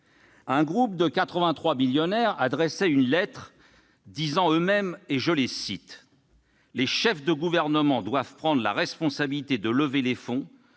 Un groupe de 83 millionnaires a rédigé une lettre, dont je vous cite un extrait :« Les chefs de gouvernement doivent prendre la responsabilité de lever les fonds